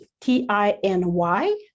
t-i-n-y